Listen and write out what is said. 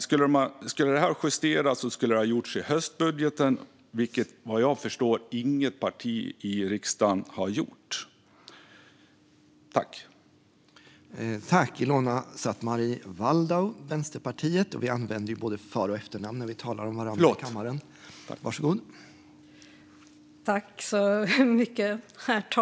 Om detta skulle ha justerats skulle det ha gjorts i höstbudgeten, men vad jag förstår var det inget parti i riksdagen som gjorde det.